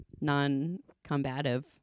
non-combative